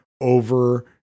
over